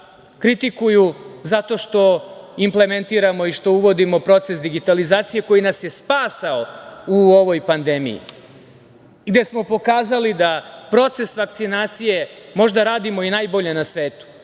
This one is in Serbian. kritikuju zato što implementiramo i što uvodimo proces digitalizacije koji nas je spasao u ovoj pandemiji, gde smo pokazali da proces vakcinacije možda radimo i najbolje na svetu,